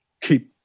keep